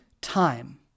time